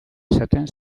izaten